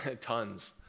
tons